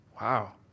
wow